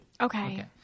okay